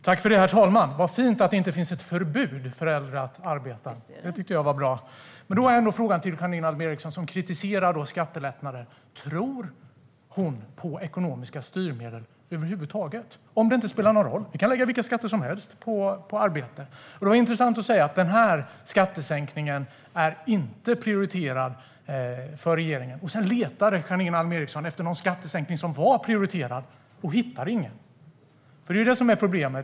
Herr talman! Vad fint att det inte finns något förbud för äldre att arbeta! Det tycker jag är bra. Men min fråga till Janine Alm Ericson, som kritiserar skattelättnader, blir då: Tror hon på ekonomiska styrmedel över huvud taget om det nu inte spelar någon roll? Vi kanske kan lägga vilka skatter som helst på arbete? Det var intressant att hon sa att denna skattesänkning inte var prioriterad för regeringen. Sedan letar Janine Alm Ericson efter en skattesänkning som är prioriterad men hittar ingen. Det är ju detta som är problemet.